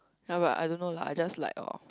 ya but I don't know lah I just like oh